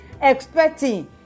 expecting